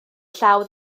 llaw